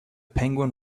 penguin